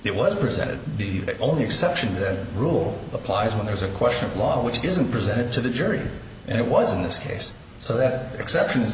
it was presented the only exception to that rule applies when there's a question of law which isn't presented to the jury and it was in this case so that exception